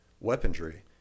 weaponry